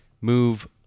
move